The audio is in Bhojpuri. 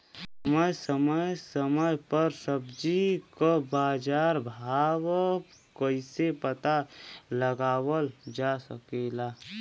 समय समय समय पर सब्जी क बाजार भाव कइसे पता लगावल जा सकेला?